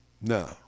no